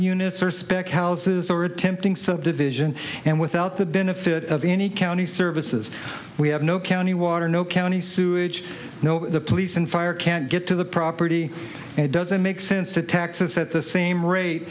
units or spec houses or attempting subdivision and without the benefit of any county services we have no county water no county sewage no the police and fire can't get to the property and it doesn't make sense to texas at the same rate